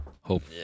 hope